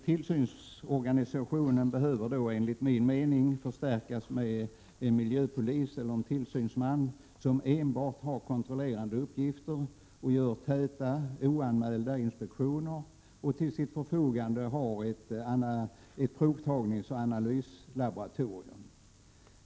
Tillsynsorganisationen behöver, enligt min mening, förstärkas med en miljöpolis eller en tillsynsman, som har enbart kontrollerande uppgifter, som gör täta oanmälda inspektioner och som till sitt förfogande har ett provtagningsoch analyslaboratorium.